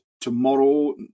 tomorrow